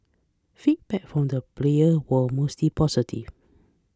feedback from the players were mostly positive